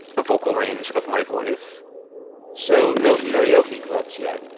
the vocal range of my voice so no karaoke clubs yet,